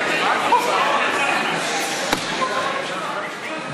בממשלה לא נתקבלה.